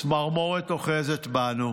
צמרמורת אוחזת בנו.